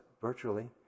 virtually